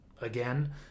again